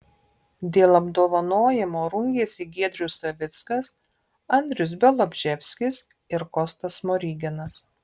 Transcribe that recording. dėl apdovanojimo rungėsi giedrius savickas andrius bialobžeskis ir kostas smoriginas